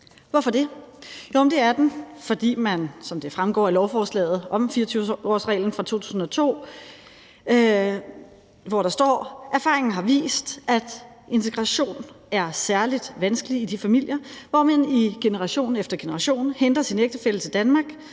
Hvorfor er den det? Det er den af den grund, som fremgår af i bemærkningerne til lovforslaget om 24-årsreglen fra 2002, hvor der står: »Erfaringen har vist, at integrationen er særlig vanskelig i de familier, hvor man i generation efter generation henter sin ægtefælle til Danmark